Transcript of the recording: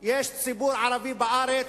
יש ציבור ערבי בארץ,